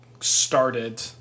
started